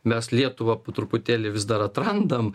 mes lietuvą po truputėlį vis dar atrandam